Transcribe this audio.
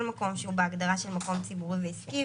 כל מקום שהוא בהגדרה של מקום ציבורי ועסקי,